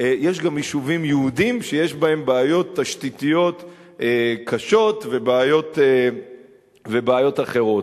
יש גם יישובים יהודיים שיש בהם בעיות תשתיתיות קשות ובעיות אחרות.